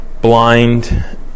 blind